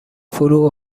فرو